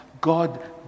God